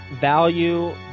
value